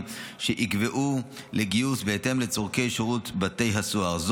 שייקבעו לגיוס בהתאם לצורכי שירות בתי הסוהר,